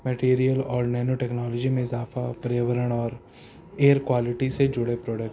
material اور nano technology میں اضافہ پیاورن اور ایئر کوالٹی سے جڑے پروڈکٹ